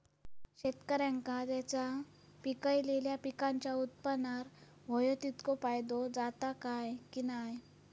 शेतकऱ्यांका त्यांचा पिकयलेल्या पीकांच्या उत्पन्नार होयो तितको फायदो जाता काय की नाय?